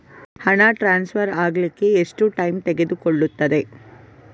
ಹಣ ಟ್ರಾನ್ಸ್ಫರ್ ಅಗ್ಲಿಕ್ಕೆ ಎಷ್ಟು ಟೈಮ್ ತೆಗೆದುಕೊಳ್ಳುತ್ತದೆ?